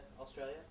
Australia